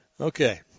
Okay